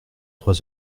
trois